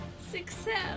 Success